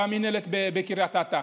במינהלת בקריית אתא,